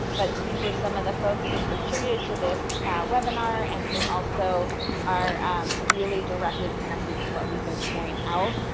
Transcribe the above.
but these were some of the folks who contributed to this webinar and who also are um really directly connected to what we've been sharing out.